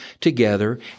together